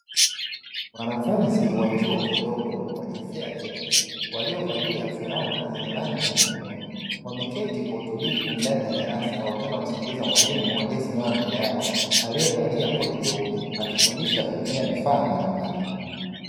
Wanafunzi wa chuo kidogo wa jinsia ya kike, waliovalia fulana zenye rangi nyekundu. Wameketi kwa utulivu ndani ya darasa wakiwa wanamsikiliza mwalimu aliyesimama mbele yao aliyevalia koti jeupe, akifundisha kutumia vifaa mbalimbali.